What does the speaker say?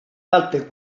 alte